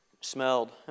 smelled